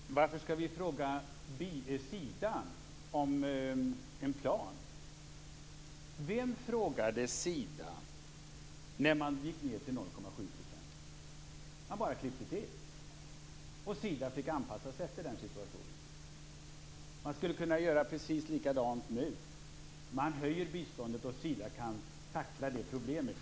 Fru talman! Varför skall vi fråga Sida om en plan? Vem frågade Sida när man gick ned till 0,7 %? Man bara klippte till, och Sida fick anpassa sig efter den situationen. Man skulle kunna göra precis likadant nu: höja biståndet och låta Sida tackla det problemet.